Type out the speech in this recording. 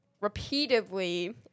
repeatedly